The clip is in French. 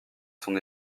son